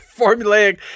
formulaic